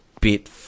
bit